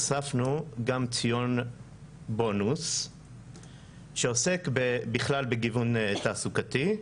הוספנו גם ציון בונוס שעוסק בכלל בגיוון תעסוקתי.